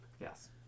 Yes